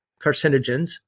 carcinogens